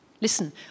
listen